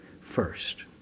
First